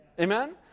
Amen